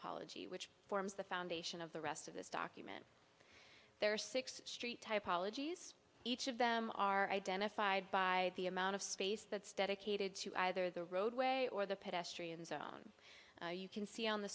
ology which forms the foundation of the rest of this document there are six street type ologies each of them are identified by the amount of space that's dedicated to either the roadway or the pedestrian zone you can see on the